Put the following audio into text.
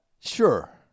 sure